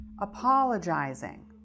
Apologizing